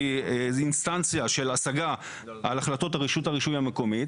אינסטנציה של השגה על החלטות הרשות הרישוי המקומית.